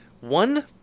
One